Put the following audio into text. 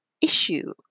issue